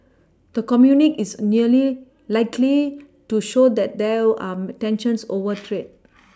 the communique is nearly likely to show that there are tensions over trade